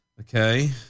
Okay